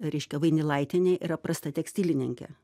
reiškia vainilaitienė yra prasta tekstilininkė